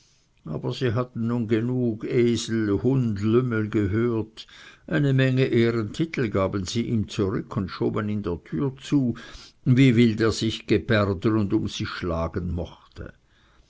aber sie hatten nun genug esel hund lümmel gehört eine menge ehrentitel gaben sie ihm zurück und schoben ihn der tür zu wie wild er sich gebärden und um sich schlagen mochte